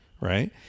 Right